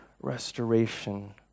restoration